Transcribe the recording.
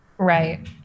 Right